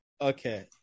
okay